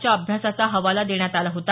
च्या अभ्यासाचा हवाला देण्यात आला होता